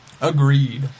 Agreed